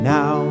Now